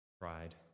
pride